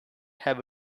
have